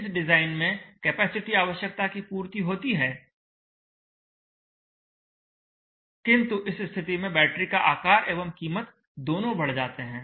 इस डिजाइन में कैपेसिटी आवश्यकता की पूर्ति होती है इस स्थिति में बैटरी का आकार एवं कीमत दोनों बढ़ जाते हैं